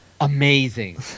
amazing